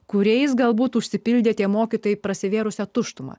kuriais galbūt užsipildė tie mokytojai prasivėrusią tuštumą